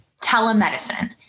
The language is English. Telemedicine